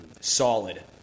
solid